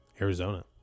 Arizona